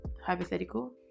Hypothetical